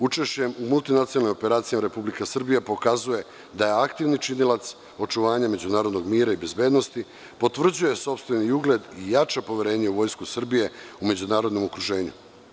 Učešćem u multinacionalnim operacijama, Republika Srbija pokazuje da je aktivni činilac očuvanje međunarodnog mira i bezbednosti, potvrđuje sopstveni ugled i jača poverenje u Vojsku Srbije u međunarodnom okruženju.